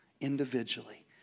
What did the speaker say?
individually